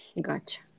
Gotcha